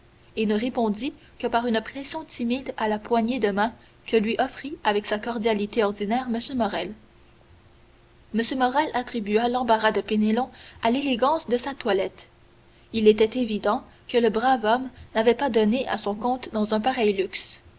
et ne répondit que par une pression timide à la poignée de main que lui offrit avec sa cordialité ordinaire m morrel m morrel attribua l'embarras de penelon à l'élégance de sa toilette il était évident que le brave homme n'avait pas donné à son compte dans un pareil luxe